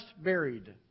buried